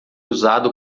usado